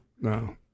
No